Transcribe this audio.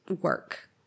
work